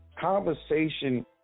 Conversation